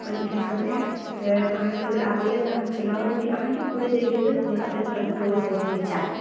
आओर इहे सब अहि तऽ अहाँके अगर आबैया तऽ अहाँ चलाउ लेकिन अहाँके पूरे तरीके से घोड़ा पे कंट्रोल होबे के चाही